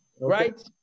Right